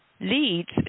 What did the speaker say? leads